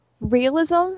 realism